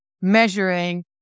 measuring